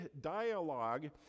dialogue